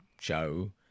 show